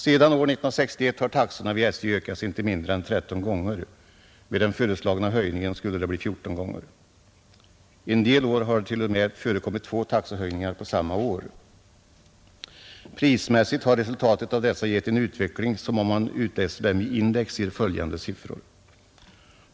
Sedan år 1961 har taxorna vid SJ ökats inte mindre än 13 gånger, med den föreslagna höjningen skulle det bli 14 gånger. En del år har det t.o.m. förekommit två taxehöjningar på samma år, Prismässigt har resultatet av dessa gett en utveckling som om man utläser dem i index ger följande siffror.